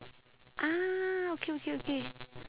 ah okay okay okay